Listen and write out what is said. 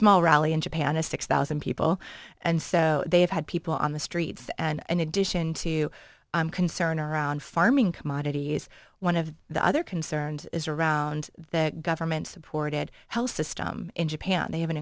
small rally in japan a six thousand people and so they have had people on the streets and in addition to i'm concern around farming commodities one of the other concerns is around the government supported health system in japan they have an